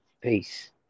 Peace